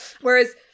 Whereas